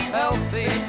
healthy